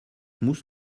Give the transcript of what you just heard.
musst